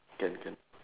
can can